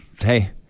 Hey